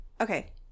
Okay